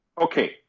Okay